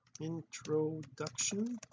introduction